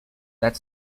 that